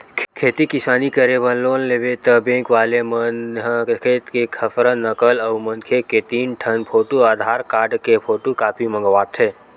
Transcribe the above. खेती किसानी करे बर लोन लेबे त बेंक वाले मन ह खेत के खसरा, नकल अउ मनखे के तीन ठन फोटू, आधार कारड के फोटूकापी मंगवाथे